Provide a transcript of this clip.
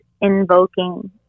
invoking